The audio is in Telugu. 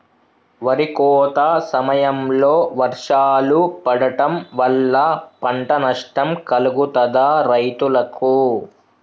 వరి కోత సమయంలో వర్షాలు పడటం వల్ల పంట నష్టం కలుగుతదా రైతులకు?